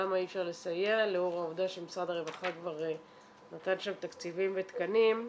למה אי אפשר לסייע לאור העובדה שמשרד הרווחה נתן שם תקציבים ותקנים.